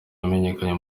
yamenyekanye